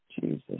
Jesus